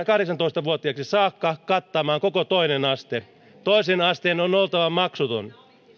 kahdeksantoista vuotiaaksi saakka kattamaan koko toinen aste toisen asteen on oltava maksuton